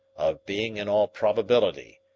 of being, in all probability,